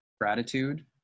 gratitude